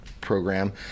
program